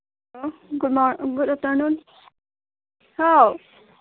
hello good afternoon how